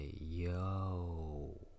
Yo